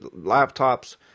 laptops